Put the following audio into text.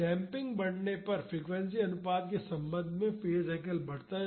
damping बढ़ने पर frequency अनुपात के संबंध में फेज़ एंगल बदल जाता है